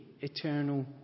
eternal